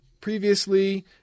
previously